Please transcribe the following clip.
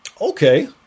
Okay